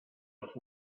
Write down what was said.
els